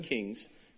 Kings